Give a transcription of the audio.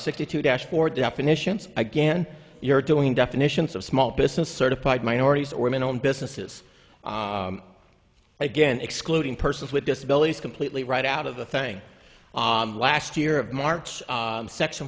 sixty two dashboard definitions again you're doing definitions of small business certified minorities or even own businesses again excluding persons with disabilities completely right out of the thing last year of march section